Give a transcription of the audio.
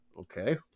okay